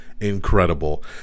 Incredible